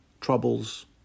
troubles